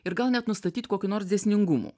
ir gal net nustatyt kokių nors dėsningumų